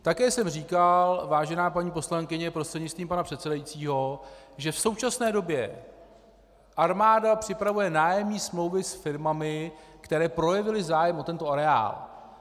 Také jsem říkal, vážená paní poslankyně prostřednictvím pana předsedajícího, že v současné době armáda připravuje nájemní smlouvy s firmami, které projevily zájem o tento areál.